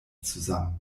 zusammen